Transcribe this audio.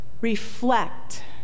reflect